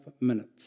minutes